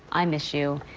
i miss you.